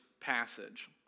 passage